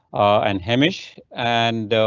and hamish and. ah,